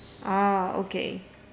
ah okay